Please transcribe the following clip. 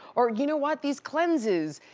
or you know what? these cleanses,